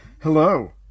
hello